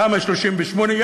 תמ"א 38,